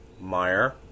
Meyer